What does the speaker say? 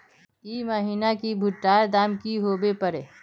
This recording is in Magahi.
ई महीना की भुट्टा र दाम की होबे परे?